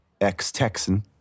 ex-Texan